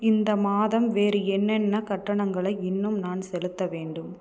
இந்த மாதம் வேறு என்னென்ன கட்டணங்களை இன்னும் நான் செலுத்த வேண்டும்